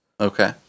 okay